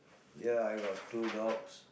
ya I got two dogs